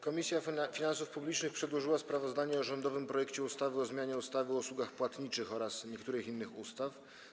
Komisja Finansów Publicznych przedłożyła sprawozdanie o rządowym projekcie ustawy o zmianie ustawy o usługach płatniczych oraz niektórych innych ustaw.